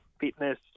fitness